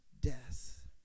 death